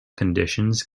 conditions